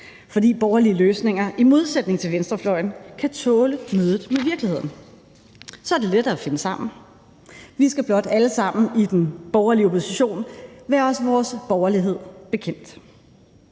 fordi borgerlige løsninger i modsætning til venstrefløjens kan tåle mødet med virkeligheden. Så er det lettere at finde sammen. Vi skal blot alle sammen i den borgerlige opposition være os vores borgerlighed bekendt.